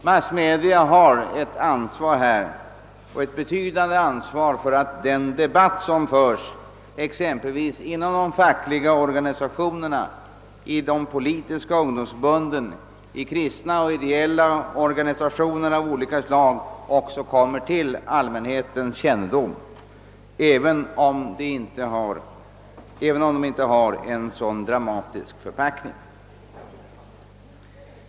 Massmedia har ett betydande ansvar för att den debatt, som förs exempelvis inom de fackliga organisationerna, i de politiska ungdomsförbunden och i kristna och ideella organisationer av olika slag, också kommer till allmänhetens kännedom, även om den inte har så dramatisk förpackning.